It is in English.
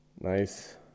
Nice